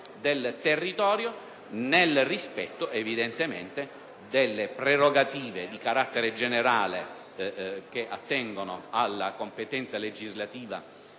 del territorio, nel rispetto delle prerogative di carattere generale che attengono alla competenza legislativa